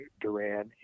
Duran